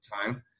time